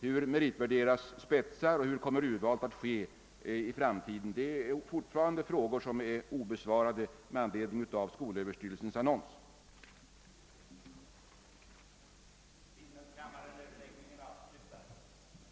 Hur meritvärderas spetsar? Hur kommer urvalet att ske i framtiden? Det är fortfarande frågor i anledning av skolöverstyrelsens annons som är obesvarade.